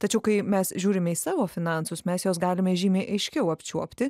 tačiau kai mes žiūrime į savo finansus mes juos galime žymiai aiškiau apčiuopti